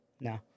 no